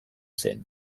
zen